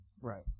Right